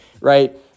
right